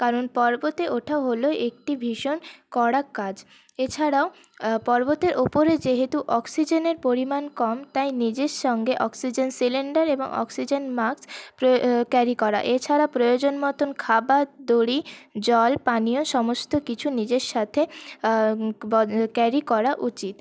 কারণ পর্বতে ওঠা হল একটি ভীষণ কড়া কাজ এছাড়াও পর্বতের ওপরে যেহেতু অক্সিজেনের পরিমাণ কম তাই নিজের সঙ্গে অক্সিজেন সিলিন্ডার এবং অক্সিজেন মাস্ক ক্যারি করা এছাড়া প্রয়োজন মতোন খাবার দড়ি জল পানীয় সমস্ত কিছু নিজের সাথে ক্যারি করা উচিত